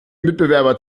mitbewerber